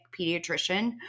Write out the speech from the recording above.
pediatrician